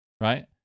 right